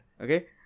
okay